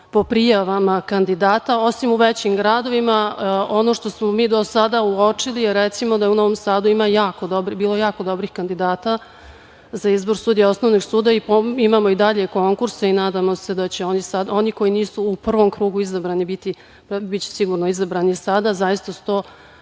po prijavama kandidata osim u većim gradovima. Ono što smo mi do sada uočili je recimo, da je u Novom Sadu bilo jako dobrih kandidata za izbor sudija Osnovnog suda i imamo i dalje konkurse i nadamo se da će oni koji nisu u prvom krugu izabrani biti sigurno izabrani sada. Zaista su